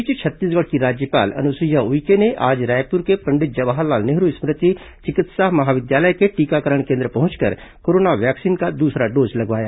इस बीच छत्तीसगढ़ की राज्यपाल अनुसुईया उइके ने आज रायपुर के पंडित जवाहरलाल नेहरु स्मृति चिकित्सा महाविद्यालय के टीकाकरण केंद्र पहुंचकर कोरोना वैक्सीन का दूसरा डोज लगवाया